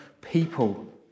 people